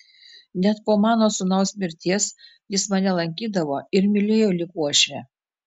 net po mano sūnaus mirties jis mane lankydavo ir mylėjo lyg uošvę